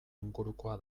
ingurukoa